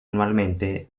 anualmente